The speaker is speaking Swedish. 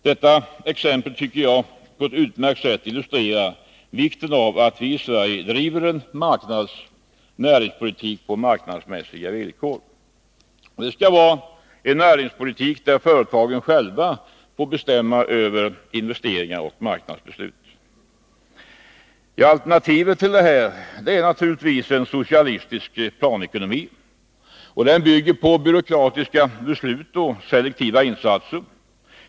Detta exempel tycker jag på ett utmärkt sätt illustrerar vikten av att vi i Sverige driver en näringspolitik på marknadsmässiga villkor. Det skall vara en näringspolitik där företagen själva får bestämma över investeringar och marknadsbeslut. Alternativet till detta är naturligtvis en socialistisk planekonomi som bygger på byråkratiska beslut och selektiva insatser.